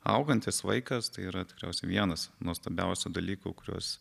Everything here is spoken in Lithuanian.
augantis vaikas tai yra tikriausiai vienas nuostabiausių dalykų kuriuos